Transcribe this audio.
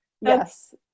Yes